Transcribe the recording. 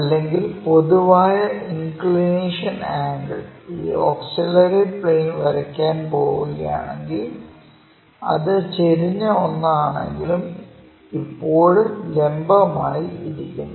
അതിനാൽ പൊതുവായ inclination angle ഈ ഓക്സിലറി പ്ലെയിൻ വരയ്ക്കാൻ പോകുകയാണെങ്കിൽ അത് ചരിഞ്ഞ ഒന്ന് ആണെങ്കിലും ഇപ്പോഴും ലംബമായി ഇരിക്കുന്നു